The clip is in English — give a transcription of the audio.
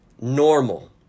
normal